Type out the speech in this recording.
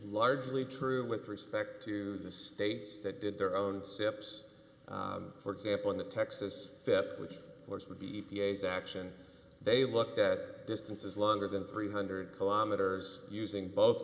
largely true with respect to the states that did their own steps for example in the texas fip which would be e p a s action they looked at distances longer than three hundred kilometers using both